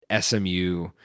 SMU